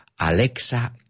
Alexa